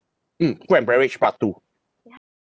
mm food and beverage part two